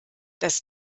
das